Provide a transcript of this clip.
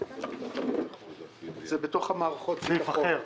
זה בתוך מערכות ביטחון,